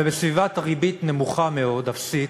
ובסביבת ריבית נמוכה מאוד, אפסית,